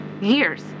years